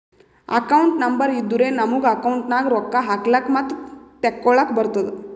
account number ಇದ್ದುರೆ ನಮುಗ account ನಾಗ್ ರೊಕ್ಕಾ ಹಾಕ್ಲಕ್ ಮತ್ತ ತೆಕ್ಕೊಳಕ್ಕ್ ಬರ್ತುದ್